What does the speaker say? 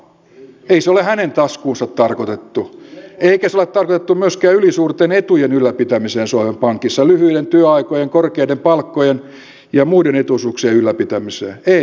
ei se ole hänen taskuunsa tarkoitettu eikä se ole tarkoitettu myöskään ylisuurten etujen ylläpitämiseen suomen pankissa lyhyiden työaikojen korkeiden palkkojen ja muiden etuisuuksien ylläpitämiseen ei